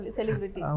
celebrity